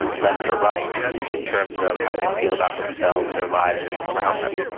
left or right in terms of how they feel about themselves, their lives, people around them.